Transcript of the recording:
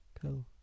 Cool